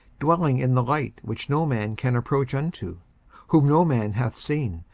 dwelling in the light which no man can approach unto whom no man hath seen,